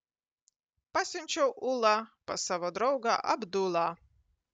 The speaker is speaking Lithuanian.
pasiunčiau ulą pas savo draugą abdulą